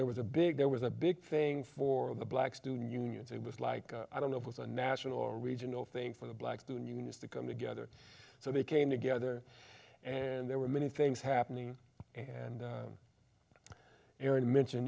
i was a big there was a big thing for the black student union so it was like i don't know it was a national or regional thing for the black student union to come together so they came together and there were many things happening and aaron mention